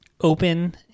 open